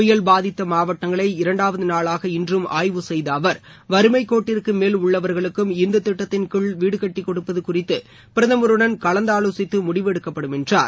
புயல் பாதித்த மாவட்டங்களை இரண்டாவது நாளாக இன்றும் ஆய்வு செய்த அவர் வறுமைக் கோட்டிற்கு மேல் உள்ளவர்களுக்கும் இந்த திட்டத்தின்கீழ் வீடு கட்டிக் கொடுப்பது குறித்து பிரதமருடன் கலந்தாலோசித்து முடிவெடுக்கப்படும் என்றார்